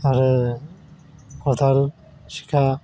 आरो खदाल सिखा